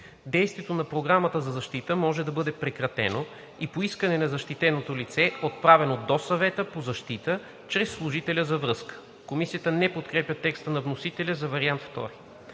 Действието на Програмата за защита може да бъде прекратено и по искане на защитеното лице, отправено до Съвета по защита чрез служителя за връзка.“ Комисията не подкрепя текста на вносителя за вариант II.